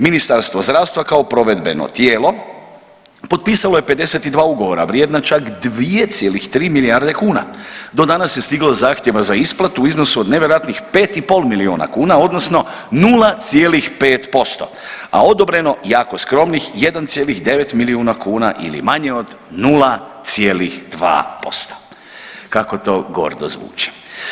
Ministarstvo zdravstva kao provedbeno tijelo potpisalo je 52 ugovora vrijedna čak 2,3 milijarde kuna, do danas je stiglo zahtjeva za isplatu u iznosu od nevjerojatnih 5,5 milijuna kuna odnosno 0,5%, a odobreno jako skromnih 1,9 milijuna kuna ili manje od 0,2%, kako to gordo zvuči.